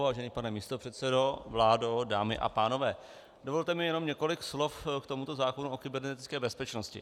Vážený pane místopředsedo, vládo, dámy a pánové, dovolte mi jenom několik slov k tomuto zákonu o kybernetické bezpečnosti.